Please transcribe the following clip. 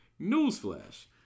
Newsflash